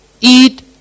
eat